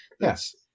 Yes